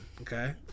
okay